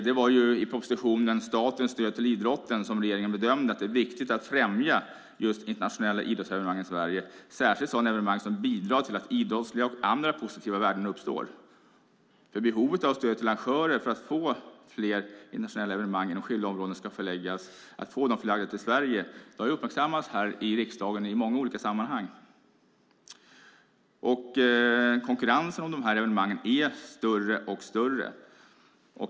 Det var i propositionen Statens stöd till idrotten som regeringen bedömde att det är viktigt att främja internationella idrottsevenemang i Sverige, särskilt sådana evenemang som bidrar till att idrottsliga och andra positiva värden uppstår. Behovet av stöd till arrangörer för att fler internationella evenemang inom skilda områden ska förläggas i Sverige har uppmärksammats här i riksdagen i många olika sammanhang. Konkurrensen om dessa evenemang är större och större.